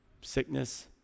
sickness